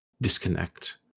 disconnect